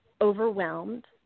overwhelmed